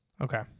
Okay